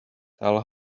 tell